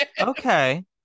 Okay